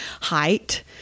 height